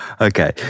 Okay